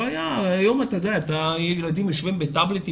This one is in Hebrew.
היום ילדים יושבים עם הטאבלטים,